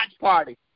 party